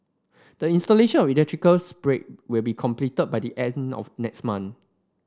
the installation of the electrical break will be completed by the end of next month